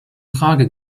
frage